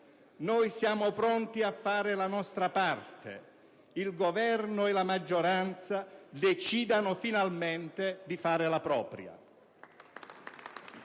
Noi siamo pronti a fare la nostra parte, il Governo e la maggioranza decidano finalmente di fare la propria.